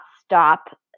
stop